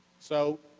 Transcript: so,